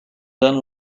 done